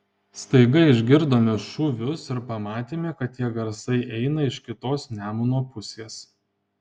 staiga išgirdome šūvius ir pamatėme kad tie garsai eina iš kitos nemuno pusės